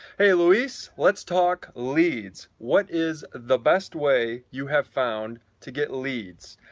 hey luis, let's talk leads. what is the best way you have found to get leads?